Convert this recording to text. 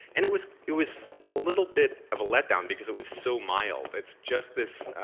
and it was it was a little bit of a letdown, because it was so mild. it's just this,